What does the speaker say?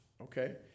okay